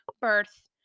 birth